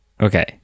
Okay